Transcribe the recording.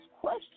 question